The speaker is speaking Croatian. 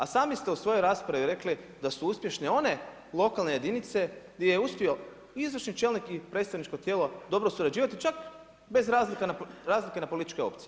A sami ste u svojoj raspravi rekli da su uspješne one lokalne jedinice gdje je uspio izvršni čelnik i predstavničko tijelo dobro surađivati, čak bez razlika na političke opcije.